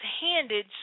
handed